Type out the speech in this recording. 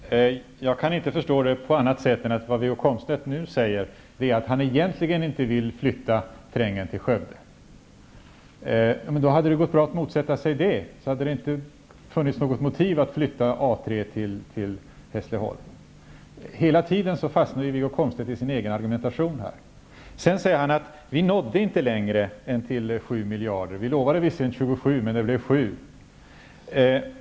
Herr talman! Jag kan inte förstå det på annat sätt än att det Wiggo Komstedt nu säger är att han egentligen inte vill flytta trängen till Skövde. Det hade gått bra att motsätta sig det. Då hade det inte funnits något motiv att flytta A 3 till Hässleholm. Wiggo Komstedt fastnar hela tiden i sin egen argumentation. Han säger: Vi nådde inte längre än till 7 miljarder. Vi lovade visserligen 27 miljarder, men det blev 7.